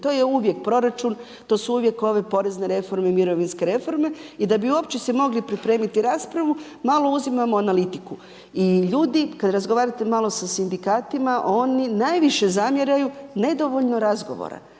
to je uvijek proračun, to su uvijek ove porezne reforme i mirovinske reforme i da bi uopće se mogli pripremiti raspravu, malo uzimamo analitiku. I ljudi kad razgovarate malo sa sindikatima oni najviše zamjeraju ne dovoljno razgovora,